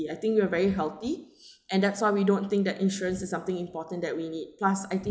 ya I think you are very healthy and that's why we don't think that insurance is something important that we need plus I think